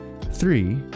Three